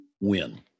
win